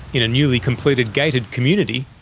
in a newly completed gated community,